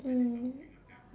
mm